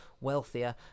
wealthier